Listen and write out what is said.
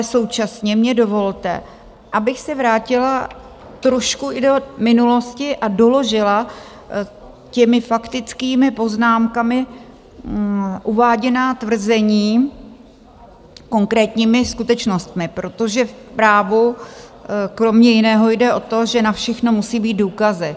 Současně mi dovolte, abych se vrátila trošku do minulosti a doložila těmi faktickými poznámkami uváděná tvrzení konkrétními skutečnostmi, protože v právu kromě jiného jde o to, že na všechno musí být důkazy.